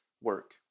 work